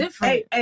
hey